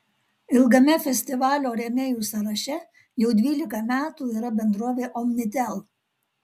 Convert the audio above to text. ilgame festivalio rėmėjų sąraše jau dvylika metų yra bendrovė omnitel